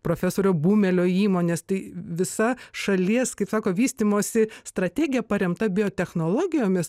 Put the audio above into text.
profesorio bumelio įmonės tai visa šalies kaip sako vystymosi strategija paremta biotechnologijomis